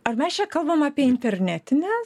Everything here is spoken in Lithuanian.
ar mes čia kalbam apie internetinę